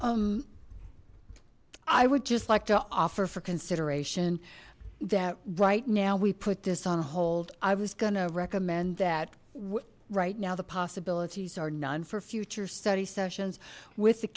um i would just like to offer for consideration that right now we put this on hold i was gonna recommend that right now the possibilities are none for future study sessions with the